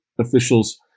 officials